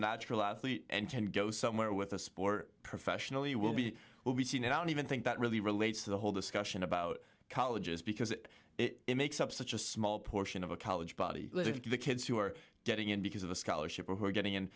natural athlete and can go somewhere with a sport professionally will be will be seen and i don't even think that really relates to the whole discussion about colleges because it makes up such a small portion of a college buddy the kids who are getting in because of the scholarship or who are getting in